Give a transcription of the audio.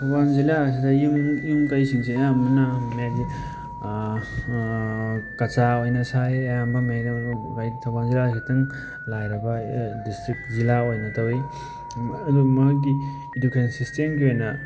ꯊꯧꯕꯥꯜ ꯖꯤꯂꯥ ꯑꯁꯤꯗ ꯌꯨꯝ ꯌꯨꯝ ꯀꯩꯁꯤꯡꯁꯦ ꯑꯌꯥꯝꯕꯅ ꯃꯦꯟꯂꯤ ꯀꯆꯥ ꯑꯣꯏꯅ ꯁꯥꯏ ꯑꯌꯥꯝꯕ ꯊꯧꯕꯥꯜ ꯖꯤꯂꯥ ꯑꯁꯤꯗ ꯈꯤꯇꯪ ꯂꯥꯏꯔꯕ ꯑꯦ ꯗꯤꯁꯇ꯭ꯔꯤꯛ ꯖꯤꯂꯥ ꯑꯣꯏꯅ ꯇꯧꯋꯤ ꯑꯗꯨ ꯃꯥꯒꯤ ꯏꯗꯨꯀꯦꯁꯟ ꯁꯤꯁꯇꯦꯝꯒꯤ ꯑꯣꯏꯅ